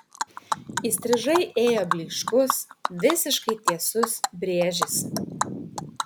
įstrižai ėjo blyškus visiškai tiesus brėžis